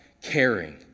caring